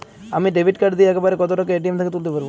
আমি debit card দিয়ে এক বারে কত টাকা এ.টি.এম থেকে তুলতে পারবো?